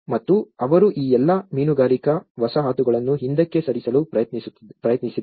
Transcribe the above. ಮತ್ತು ಅವರು ಈ ಎಲ್ಲಾ ಮೀನುಗಾರಿಕೆ ವಸಾಹತುಗಳನ್ನು ಹಿಂದಕ್ಕೆ ಸರಿಸಲು ಪ್ರಯತ್ನಿಸಿದ್ದಾರೆ